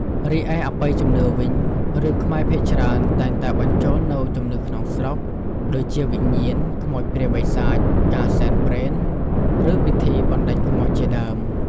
រីឯអបិយជំនឿវិញរឿងខ្មែរភាគច្រើនតែងតែបញ្ចូលនូវជំនឿក្នុងស្រុក ដូចជាវិញ្ញាណ ខ្មោចព្រាយបិសាច ការសែនព្រេន ឬពិធីបណ្ដេញខ្មោចជាដើម ។